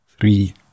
three